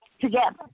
together